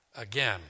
again